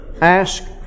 ask